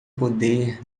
poder